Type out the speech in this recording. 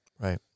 Right